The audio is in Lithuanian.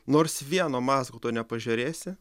nors vieno mazgo tu nepažiūrėsi